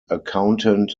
accountant